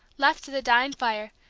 left to the dying fire,